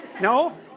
No